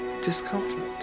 discomfort